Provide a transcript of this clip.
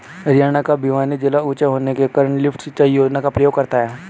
हरियाणा का भिवानी जिला ऊंचा होने के कारण लिफ्ट सिंचाई योजना का प्रयोग करता है